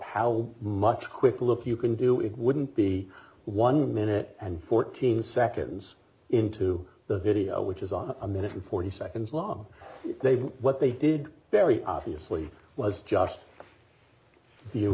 how much quick look you can do it wouldn't be one minute and fourteen seconds into the video which is on a minute and forty seconds long they what they did very obviously was just you